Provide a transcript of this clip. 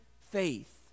faith